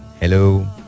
Hello